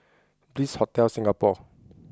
Bliss Hotel Singapore